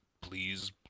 please